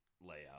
layout